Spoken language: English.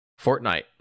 Fortnite